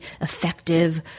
effective